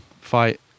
fight